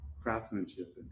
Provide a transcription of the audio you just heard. craftsmanship